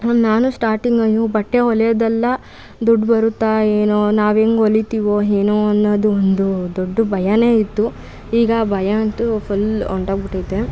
ನಾನೂ ಸ್ಟಾಟಿಂಗ್ ಅಯ್ಯೋ ಬಟ್ಟೆ ಹೊಲಿಯೋದೆಲ್ಲಾ ದುಡ್ಡು ಬರುತ್ತಾ ಏನೋ ನಾವು ಹೆಂಗ್ ಹೊಲಿತೀವೋ ಏನೋ ಅನ್ನೋದು ಒಂದು ದೊಡ್ಡ ಭಯನೇ ಇತ್ತು ಈಗ ಆ ಭಯ ಅಂತೂ ಫುಲ್ ಹೊರ್ಟೋಗ್ಬಿಟೈತೆ